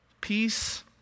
Peace